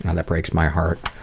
and that breaks my heart.